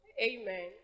Amen